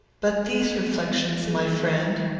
but these reflections, my friend,